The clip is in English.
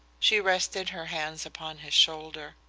she rested her hands upon his shoulder.